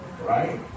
Right